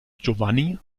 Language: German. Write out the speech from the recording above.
giovanni